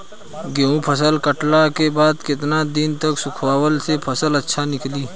गेंहू फसल कटला के बाद केतना दिन तक सुखावला से फसल अच्छा निकली?